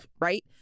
right